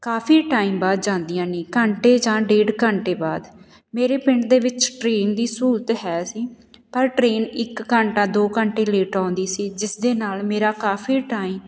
ਕਾਫੀ time ਬਾਅਦ ਜਾਂਦੀਆਂ ਨੇ ਘੰਟੇ ਜਾਂ ਡੇਢ ਘੰਟੇ ਬਾਅਦ ਮੇਰੇ ਪਿੰਡ ਦੇ ਵਿੱਚ ਟ੍ਰੇਨ ਦੀ ਸਹੂਲਤ ਹੈ ਸੀ ਪਰ ਟ੍ਰੇਨ ਇੱਕ ਘੰਟਾ ਦੋ ਘੰਟੇ ਲੇਟ ਆਉਂਦੀ ਸੀ ਜਿਸ ਦੇ ਨਾਲ ਮੇਰਾ ਕਾਫੀ ਟਾਈਮ